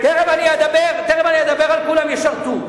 תיכף אני אדבר על "כולם ישרתו",